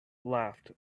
laughed